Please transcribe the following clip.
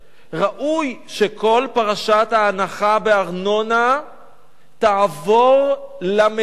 ראוי שכל פרשת ההנחה בארנונה תעבור למדינה.